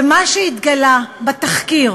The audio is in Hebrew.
ומה שהתגלה בתחקיר,